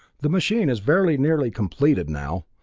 the machine is very nearly completed now.